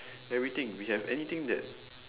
everything we have anything that